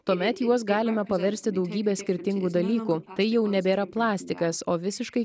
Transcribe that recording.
tuomet juos galime paversti daugybę skirtingų dalykų tai jau nebėra plastikas o visiškai